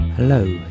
Hello